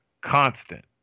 Constant